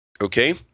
okay